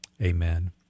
Amen